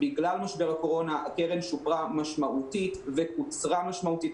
בגלל משבר הקורונה הקרן שופרה משמעותית וקוצרה משמעותית,